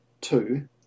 two